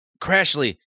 Crashly